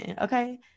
okay